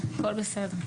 הכול בסדר,